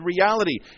reality